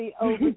over